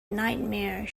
nightmare